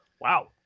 Wow